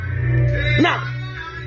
Now